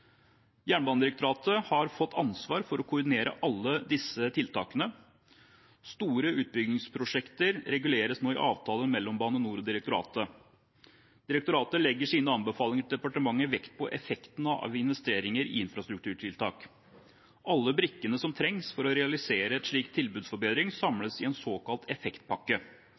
Jernbanedirektoratet har fått ansvar for å koordinere alle disse tiltakene. Store utbyggingsprosjekter reguleres nå i avtaler mellom Bane NOR og direktoratet. Direktoratet legger i sine anbefalinger til departementet vekt på effekten av investeringer i infrastrukturtiltak. Alle brikkene som trengs for å realisere en slikt tilbudsforbedring, samles i en såkalt effektpakke,